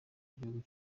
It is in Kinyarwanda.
igihugu